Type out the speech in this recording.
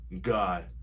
God